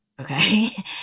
Okay